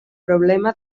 problema